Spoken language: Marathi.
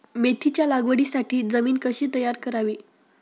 मेथीच्या लागवडीसाठी जमीन कशी तयार करावी?